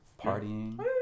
Partying